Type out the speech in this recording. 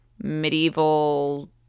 medieval